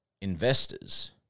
investors